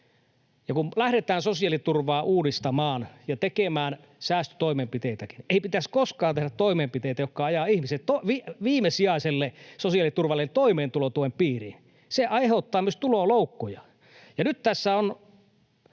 Kun lähdetään sosiaaliturvaa uudistamaan ja tekemään säästötoimenpiteitäkin, ei pitäisi koskaan tehdä toimenpiteitä, jotka ajavat ihmiset viimesijaiselle sosiaaliturvalle eli toimeentulotuen piiriin. Se aiheuttaa myös tuloloukkuja. Nyt tässä on